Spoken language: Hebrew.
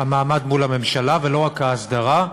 המעמד מול הממשלה ולא רק ההסדרה.